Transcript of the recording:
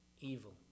evil